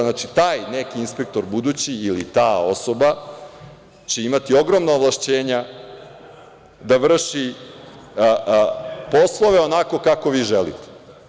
Znači, taj neki budući inspektor ili ta osoba će imati ogromna ovlašćenja da vrši poslove onako kako vi želite.